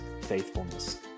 faithfulness